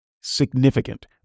significant